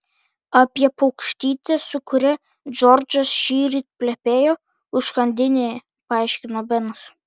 apie paukštytę su kuria džordžas šįryt plepėjo užkandinėje paaiškino benas